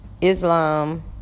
Islam